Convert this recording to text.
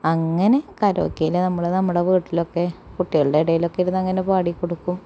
അങ്ങനെ കരോക്കിയിൽ നമ്മള് നമ്മുടെ വീട്ടിലൊക്കെ കുട്ടികളുടെ ഇടയിലൊക്കെ ഇരുന്നങ്ങനെ പാടി കൊടുക്കും